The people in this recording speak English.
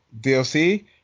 DLC